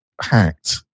hacked